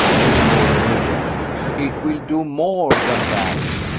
lady loring rejoined, it will do more than that.